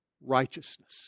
righteousness